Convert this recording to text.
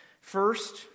First